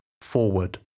Forward